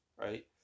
right